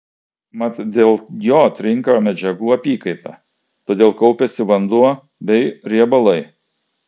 mat dėl jo trinka medžiagų apykaita todėl kaupiasi vanduo bei riebalai